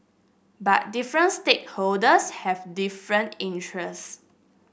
but different stakeholder have different interests